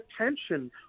attention